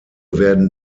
werden